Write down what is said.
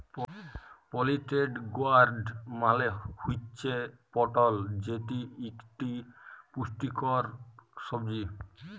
পলিটেড গয়ার্ড মালে হুচ্যে পটল যেটি ইকটি পুষ্টিকর সবজি